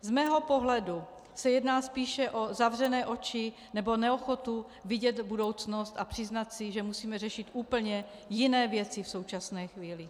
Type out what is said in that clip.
Z mého pohledu se jedná spíše o zavřené oči nebo neochotu vidět budoucnost a přiznat si, že musíme řešit úplně jiné věci v současné chvíli.